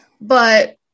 But-